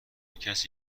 کسی